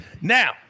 Now